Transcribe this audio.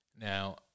now